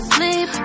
sleep